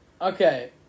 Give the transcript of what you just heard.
Okay